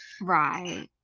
right